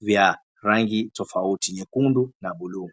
vya rangi tofauti, nyekundu na bluu.